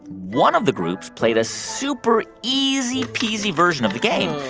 one of the groups played a super easy-peasy version of the game,